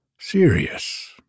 serious